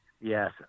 Yes